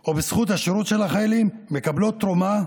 או בזכות השירות של החיילים מקבלות תרומה,